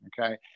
Okay